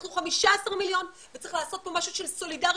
אנחנו 15 מיליון וצריך לעשות פה משהו של סולידריות,